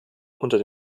unter